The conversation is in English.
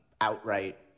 outright